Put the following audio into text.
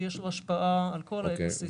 שיש לו השפעה על כל האקו סיסטם.